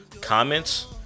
Comments